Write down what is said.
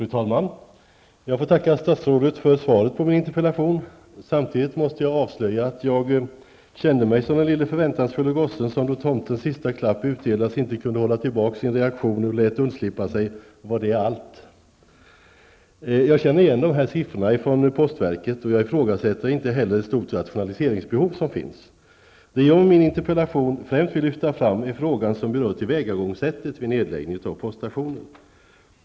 Fru talman! Jag får tacka statsrådet för svaret på min interpellation. Samtidigt måste jag avslöja att jag kände mig som den lille förväntansfulle gossen, som då tomtens sista klapp utdelats inte kunde hålla tillbaka sin reaktion och lät undslippa sig: ''Var det allt?'' Jag känner igen siffrorna från postverket. Jag ifrågasätter inte heller ett stort rationaliseringsbehov. Det jag med min interpellation främst vill lyfta fram är frågan som berör tillvägagångssättet vid nedläggningar av poststationer.